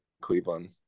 Cleveland